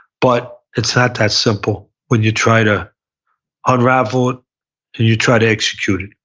but it's not that simple when you try to unravel it and you try to execute it.